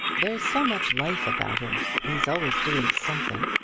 there's so much life about him! he's always doing something.